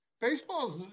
baseball's